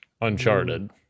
Uncharted